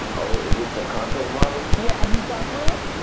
oh, is it the content model? yeah. have you gone through it?